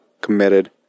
committed